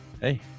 hey